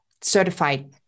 certified